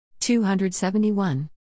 271